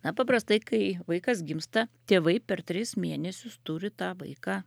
na paprastai kai vaikas gimsta tėvai per tris mėnesius turi tą vaiką